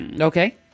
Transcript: Okay